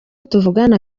tuvugana